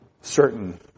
certain